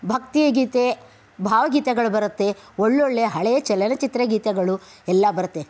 ಭಕ್ತಿಗೀತೆ ಭಾವಗೀತೆಗಳು ಬರುತ್ತೆ ಒಳ್ಳೊಳ್ಳೆ ಹಳೆಯ ಚಲನಚಿತ್ರ ಗೀತೆಗಳು ಎಲ್ಲ ಬರುತ್ತೆ